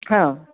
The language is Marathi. हां